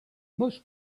much